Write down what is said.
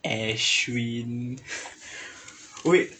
ashwin wait